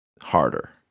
Harder